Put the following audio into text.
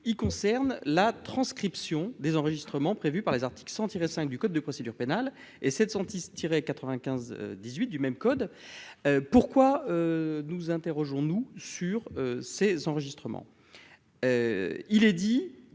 concerne la transcription des enregistrements prévus par les articles 100 tiré 5 du code de procédure pénale et 7 senti tirer 95 18 du même code pourquoi nous interrogeons-nous sur ces enregistrements, il est dit que